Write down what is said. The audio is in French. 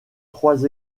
trois